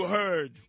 heard